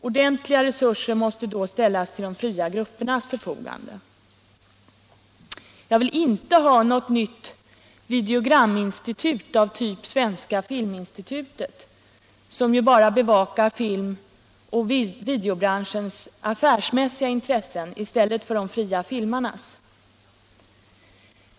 Ordentliga resurser måste då ställas till de fria gruppernas förfogande. Jag vill inte ha något nytt videograminstitut av typ Svenska filminstitutet som bara bevakar film och videobranschens affärsmässiga intressen i stället för de fria filmarnas.